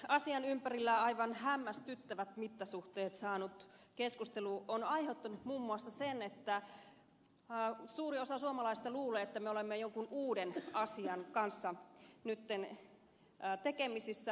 asian ympärillä aivan hämmästyttävät mittasuhteet saanut keskustelu on aiheuttanut muun muassa sen että suuri osa suomalaisista luulee että me olemme jonkun uuden asian kanssa nyt tekemisissä